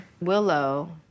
Willow